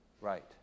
Right